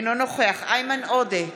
אינו נוכח איימן עודה,